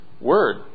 word